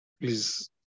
please